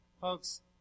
folks